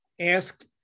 Ask